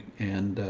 and,